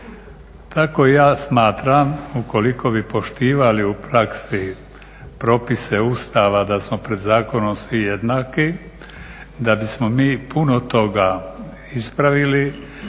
Tako ja smatram ukoliko bi poštivali u praksi propise Ustava da smo pred zakonom svi jednaki da bismo mi puno toga ispravili